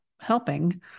helping